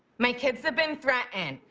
my kids have been threatened.